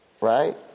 right